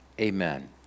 Amen